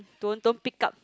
don't don't pick up